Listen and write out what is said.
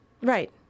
right